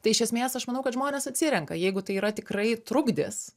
tai iš esmės aš manau kad žmonės atsirenka jeigu tai yra tikrai trukdis